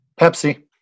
Pepsi